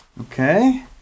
Okay